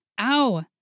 Ow